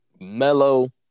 Mellow